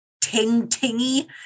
ting-tingy